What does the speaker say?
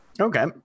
Okay